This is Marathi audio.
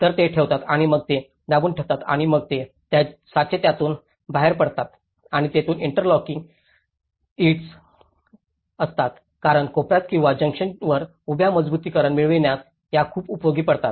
तर ते ते ठेवतात आणि मग ते दाबून ठेवतात आणि मग हे साचे त्यातून बाहेर पडतात आणि येथून इंटरलॉकिंग ईंट्स असतात कारण कोपऱ्यात किंवा जंक्शनवर उभ्या मजबुतीकरण मिळविण्यास या खूप उपयोगी पडतात